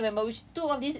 semua yes you see